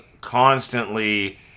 constantly